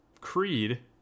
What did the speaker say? creed